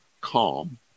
calm